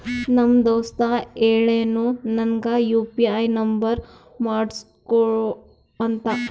ನಮ್ ದೋಸ್ತ ಹೇಳುನು ನಂಗ್ ಯು ಪಿ ಐ ನುಂಬರ್ ಮಾಡುಸ್ಗೊ ಅಂತ